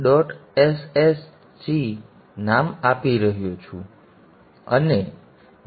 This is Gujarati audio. sch તરીકે નામ આપી રહ્યો છું